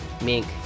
Mink